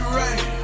right